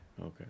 okay